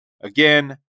Again